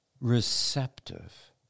receptive